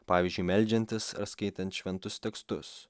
pavyzdžiu meldžiantis ar skaitant šventus tekstus